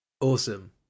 Awesome